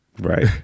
right